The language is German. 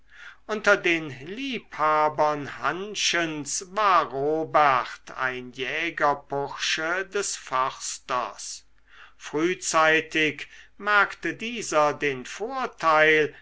unter den liebhabern hannchens war robert ein jägerpursche des försters frühzeitig merkte dieser den vorteil